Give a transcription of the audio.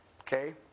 Okay